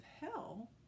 hell